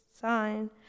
sign